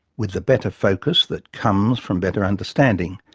with the better focus that comes from better understanding,